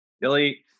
billy